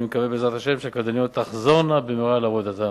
אני מקווה שבעזרת השם הקלדניות תחזורנה במהרה לעבודתן.